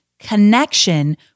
connection